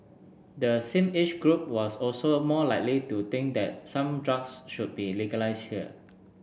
the same age group was also more likely to think that some drugs should be legalised here